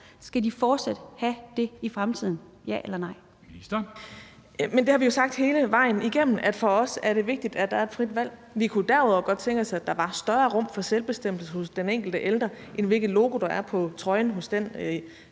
ældreministeren (Astrid Krag): Men det har vi jo sagt hele vejen igennem, nemlig at det for os er vigtigt, at der er et frit valg. Vi kunne derudover godt tænke os, at der var et større rum for selvbestemmelse hos den enkelte ældre, end hvilket logo der er på trøjen hos den